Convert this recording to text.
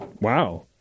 Wow